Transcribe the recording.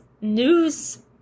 news